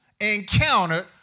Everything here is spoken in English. encountered